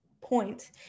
point